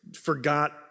forgot